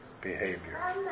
behavior